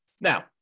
Now